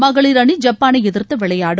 மகளிர் அணி ஜப்பானை எதிர்த்து விளையாடும்